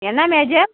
என்ன மேஜர்